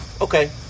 Okay